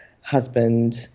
husband